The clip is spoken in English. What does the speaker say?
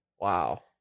Wow